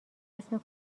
اسم